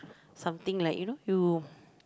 something like you know you